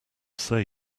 say